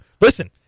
listen